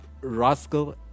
Rascal